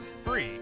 free